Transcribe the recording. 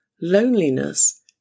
Loneliness